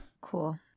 Cool